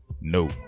no